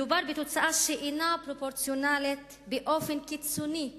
מדובר בתוצאה שאינה פרופורציונלית באופן קיצוני לנזק,